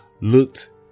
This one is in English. looked